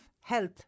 health